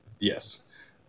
yes